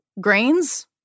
grains